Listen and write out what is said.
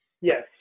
Yes